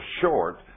short